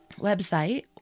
website